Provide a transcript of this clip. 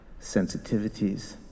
sensitivities